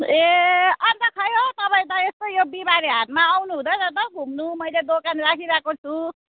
ए अन्त खै हौ तपाईँ त यसो यो बिहिबारे हाटमा आउनु हुँदैन त हौ घुम्नु मैले दोकान राखिरहेको छु